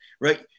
Right